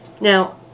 Now